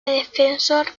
defensor